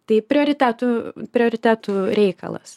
tai prioritetų prioritetų reikalas